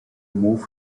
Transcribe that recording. move